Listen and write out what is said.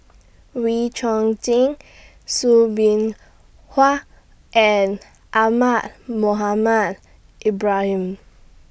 Wee Chong Jin Soo Bin and Ahmad Mohamed Ibrahim